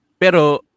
Pero